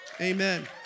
Amen